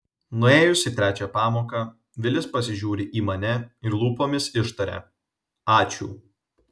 nuėjus į trečią pamoką vilis pasižiūri į mane ir lūpomis ištaria ačiū